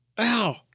Ow